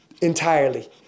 entirely